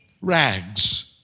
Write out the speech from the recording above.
rags